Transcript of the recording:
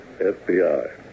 FBI